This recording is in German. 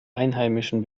einheimischen